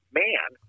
man